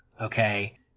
okay